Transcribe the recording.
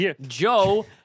Joe